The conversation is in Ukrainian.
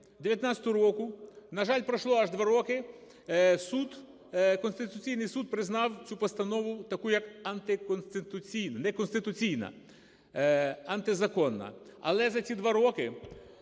19-го року, на жаль, пройшло аж 2 роки, суд, Конституційний Суд признав цю постанову такою як антиконституційна… неконституційна, антизаконна. Але за ці 2 роки